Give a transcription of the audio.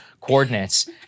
coordinates